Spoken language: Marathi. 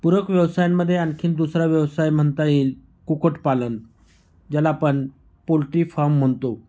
पूरक व्यवसायांमध्ये आणखीन दुसरा व्यवसाय म्हणता येईल कुक्कुटपालन ज्याला आपण पोल्ट्री फाम म्हणतो